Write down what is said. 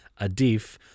adif